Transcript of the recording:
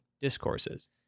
discourses